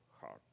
heart